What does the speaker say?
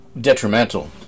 detrimental